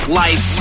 life